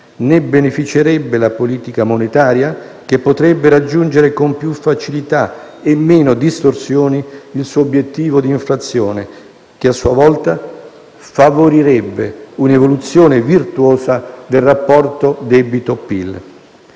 ne beneficerebbe la politica monetaria, che potrebbe raggiungere con più facilità e meno distorsioni il suo obiettivo di inflazione, che a sua volta favorirebbe un'evoluzione virtuosa del rapporto debito-PIL.